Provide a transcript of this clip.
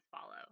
follow